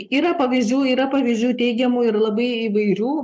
yra pavyzdžių yra pavyzdžių teigiamų ir labai įvairių